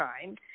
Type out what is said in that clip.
time